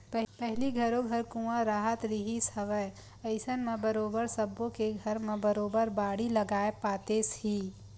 पहिली घरो घर कुँआ राहत रिहिस हवय अइसन म बरोबर सब्बो के घर म बरोबर बाड़ी लगाए पातेस ही